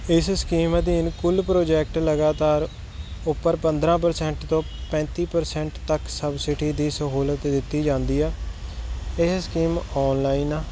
ਇਸ ਸਕੀਮ ਅਧੀਨ ਕੁੱਲ ਪ੍ਰੋਜੈਕਟ ਲਗਾਤਾਰ ਉੱਪਰ ਪੰਦਰ੍ਹਾਂ ਪਰਸੇਂਟ ਤੋਂ ਪੈਂਤੀ ਪਰਸੇਂਟ ਤੱਕ ਸਬਸਿਡੀ ਦੀ ਸਹੂਲਤ ਦਿੱਤੀ ਜਾਂਦੀ ਆ ਇਹ ਸਕੀਮ ਆਨਲਾਈਨ ਆ